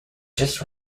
just